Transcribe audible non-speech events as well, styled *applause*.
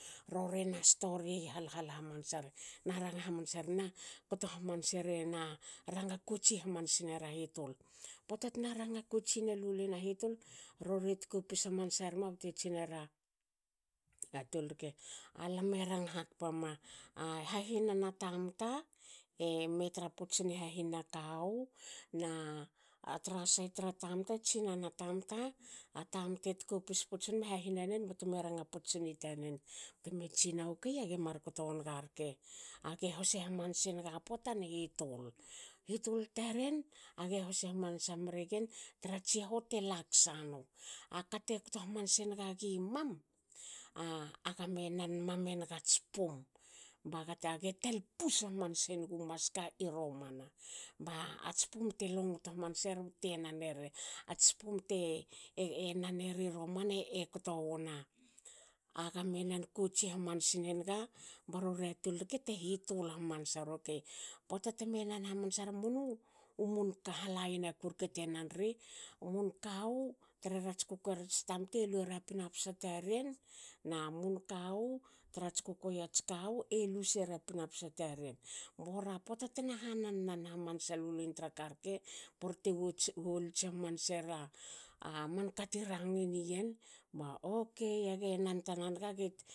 Rori ena stori hal hal hamansar na ranga hamansar na kto hamansere na ranga kotsi hamansa nera hitul. Pota tna ranga kotsi nelulin a hitul. rori e tkopsi hamansa rme bte tsinera a tol rke. alame ranga hakpa ma a *hesitation* hahinana tamta me tra puts ne hahinana kawu na *hesitation* tra sait tra tamta tsina na tamta a tamte tkopsi nma hahinanen bteme ranga puts sni tanen bteme tsinna. okay ge mar kto wonga rke age hose hamansenaga pota hitul. Hitul taren age hose hamansa mregen a tsihou te laksa nu. akate kto hamanse naga gi mam a *hesitation* aga me nan mam enagats pum *unintelligible* age tal pus hamanse nugu maski romana. ba *hesitation* ba ats pum te longto hamanseri bte naneri. Ats pum te *hesitation* naneri romana ekto wna *hesitation* aga me nan kotsi hamnsi nenaga barori a tol te hitul hamansar. okei pota teme nan hamansa *unintelligible* umun *unintelligible* halayana te nan ri, umun kawu tre rats kukuei erats tamta eluera pinapsa taren. na mun kawu trats kukuei ats kawu elu sera pina psa taren. Bora pota tena hannan nan hamnsa lulin tra karke borte wolits hamansera a *hesitation* aman kati rangini yen ba okei age nan tna naga